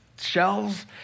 shelves